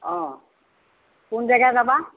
অঁ কোন জেগা যাবা